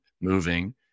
moving